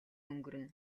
өнгөрнө